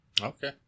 Okay